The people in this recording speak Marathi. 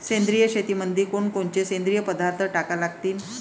सेंद्रिय शेतीमंदी कोनकोनचे सेंद्रिय पदार्थ टाका लागतीन?